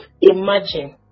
imagine